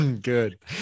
Good